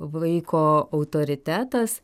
vaiko autoritetas